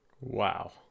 Wow